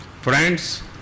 Friends